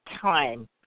time